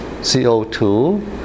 CO2